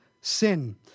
sin